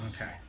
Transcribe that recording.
okay